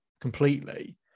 completely